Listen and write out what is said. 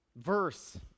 verse